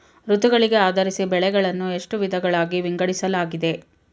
ಋತುಗಳಿಗೆ ಆಧರಿಸಿ ಬೆಳೆಗಳನ್ನು ಎಷ್ಟು ವಿಧಗಳಾಗಿ ವಿಂಗಡಿಸಲಾಗಿದೆ?